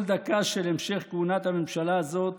כל דקה של המשך כהונת הממשלה הזאת